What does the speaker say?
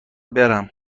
برم